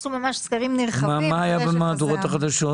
יש רוויזיות על הפרקים הקודמים.